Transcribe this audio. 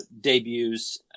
debuts